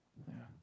yeah